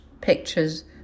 pictures